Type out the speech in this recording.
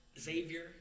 Xavier